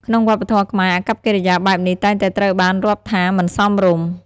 ក្នុងវប្បធម៌ខ្មែរ អាកប្បកិរិយាបែបនេះតែងតែត្រូវបានរាប់ថាមិនសមរម្យ។